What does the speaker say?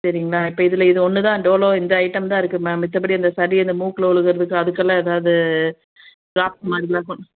சரிங்களா இப்போ இதில் இது ஒன்று தான் டோலோ இந்த ஐட்டம் தான் இருக்கும்மா மத்தபடி இந்த சளி அந்த மூக்கில் ஒழுகுறதுக்கு அதுக்கெல்லாம் எதாவது ட்ராப்ஸ் மாதிரியெலாம் கொண்டு